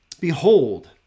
Behold